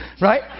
right